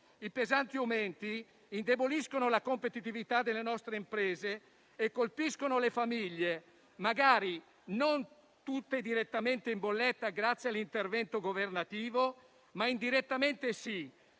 I pesanti aumenti indeboliscono la competitività delle nostre imprese e colpiscono le famiglie, magari non tutte direttamente in bolletta grazie all'intervento governativo, ma indirettamente per